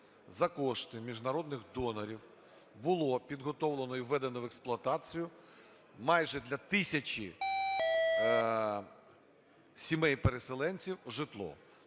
за кошти міжнародних донорів було підготовлено і введено в експлуатацію майже для тисячі сімей переселенців житло,